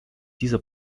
diese